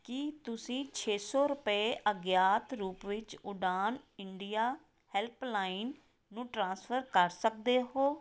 ਕੀ ਤੁਸੀਂਂ ਛੇ ਸੌ ਰੁਪਏ ਅਗਿਆਤ ਰੂਪ ਵਿੱਚ ਉਡਾਣ ਇੰਡੀਆ ਹੈਲਪਲਾਈਨ ਨੂੰ ਟ੍ਰਾਂਸਫਰ ਕਰ ਸਕਦੇ ਹੋ